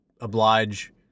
oblige